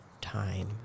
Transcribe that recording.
time